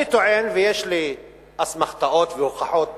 אני טוען, ויש לי אסמכתות והוכחות